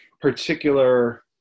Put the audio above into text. particular